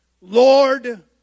Lord